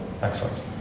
excellent